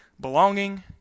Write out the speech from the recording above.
belonging